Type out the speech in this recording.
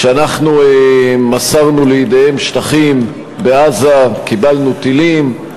כשאנחנו מסרנו לידיהם שטחים בעזה קיבלנו טילים,